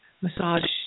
massage